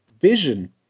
vision